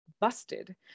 busted